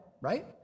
right